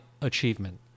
achievement